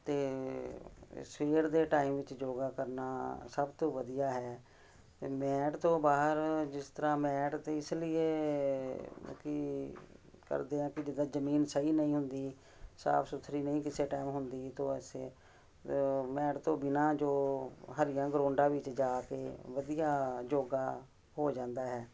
ਅਤੇ ਸਵੇਰ ਦੇ ਟਾਈਮ ਵਿੱਚ ਯੋਗਾ ਕਰਨਾ ਸਭ ਤੋਂ ਵਧੀਆ ਹੈ ਅਤੇ ਮੈਟ ਤੋਂ ਬਾਹਰ ਜਿਸ ਤਰ੍ਹਾਂ ਮੈਟ 'ਤੇ ਇਸ ਲਈਏ ਕੀ ਕਰਦੇ ਹਾਂ ਕਿ ਜਿੱਦਾਂ ਜ਼ਮੀਨ ਸਹੀ ਨਹੀਂ ਹੁੰਦੀ ਸਾਫ਼ ਸੁਥਰੀ ਨਹੀਂ ਕਿਸੇ ਟਾਈਮ ਹੁੰਦੀ ਤੋ ਐਸੇ ਮੈਟ ਤੋਂ ਬਿਨਾਂ ਜੋ ਹਰੀਆਂ ਗਰਾਉਂਡਾ ਵਿੱਚ ਜਾ ਕੇ ਵਧੀਆ ਯੋਗਾ ਹੋ ਜਾਂਦਾ ਹੈ